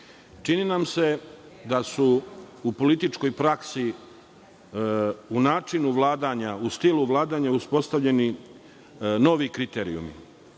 nam se da su u političkoj praksi u načinu vladanja, u stilu vladanja uspostavljeni novi kriterijumi.